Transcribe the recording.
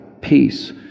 peace